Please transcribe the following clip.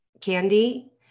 candy